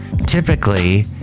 typically